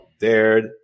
dared